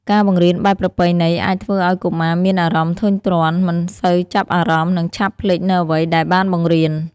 ការបង្រៀនបែបប្រពៃណីអាចធ្វើឲ្យកុមារមានអារម្មណ៍ធុញទ្រាន់ មិនសូវចាប់អារម្មណ៍ និងឆាប់ភ្លេចនូវអ្វីដែលបានបង្រៀន។